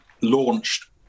launched